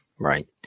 Right